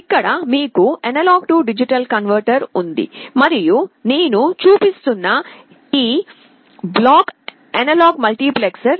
ఇక్కడ మీకు A D converter ఉంది మరియు నేను చూపిస్తున్న ఈ బ్లాక్ అనలాగ్ మల్టీప్లెక్సర్